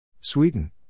Sweden